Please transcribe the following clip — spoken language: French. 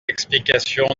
explication